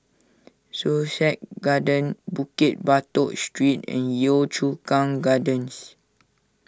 Sussex Garden Bukit Batok Street and Yio Chu Kang Gardens